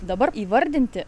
dabar įvardinti